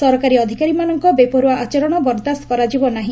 ସରକାରୀ ଅଧିକାରୀମାନଙ୍କ ବେପରୁଆ ଆଚରଣ ବରଦାସ୍ତ କରାଯିବ ନାହି